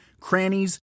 crannies